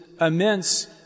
immense